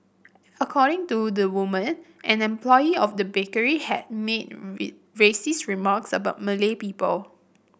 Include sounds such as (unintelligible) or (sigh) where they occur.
according to the woman an employee of the bakery had made (unintelligible) racist remarks about Malay people